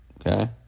Okay